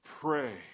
Pray